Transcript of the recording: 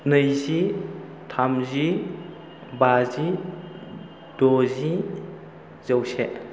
नैजि थामजि बाजि द'जि जौसे